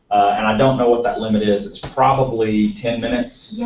and i don't know what that limit is, it's probably ten minutes.